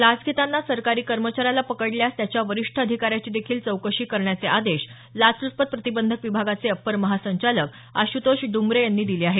लाच घेताना सरकारी कर्मचाऱ्याला पकडल्यास त्याच्या वरिष्ठ अधिकाऱ्याचीदेखील चौकशी करण्याचे आदेश लाचल्चपत प्रतिबंधक विभागाचे अपर महासंचालक आशुतोष डुंबरे यांनी दिले आहेत